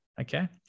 Okay